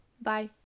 Bye